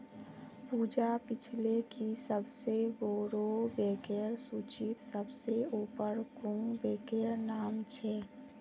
पूजा पूछले कि सबसे बोड़ो बैंकेर सूचीत सबसे ऊपर कुं बैंकेर नाम छे